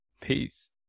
Peace